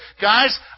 Guys